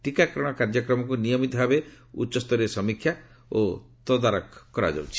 ଟିକାକରଣ କାର୍ଯ୍ୟକ୍ରମକୁ ନିୟମିତ ଭାବେ ଉଚ୍ଚସ୍ତରରେ ସମୀକ୍ଷା ଓ ତଦାରଖ କରାଯାଉଛି